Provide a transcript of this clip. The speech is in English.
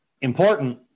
important